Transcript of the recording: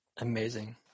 amazing